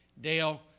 Dale